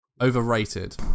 Overrated